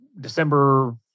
December